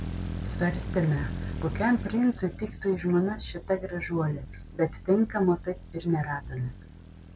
svarstėme kokiam princui tiktų į žmonas šita gražuolė bet tinkamo taip ir neradome